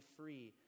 free